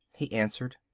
he answered.